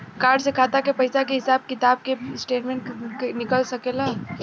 Card से खाता के पइसा के हिसाब किताब के स्टेटमेंट निकल सकेलऽ?